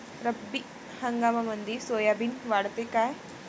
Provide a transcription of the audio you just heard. रब्बी हंगामामंदी सोयाबीन वाढते काय?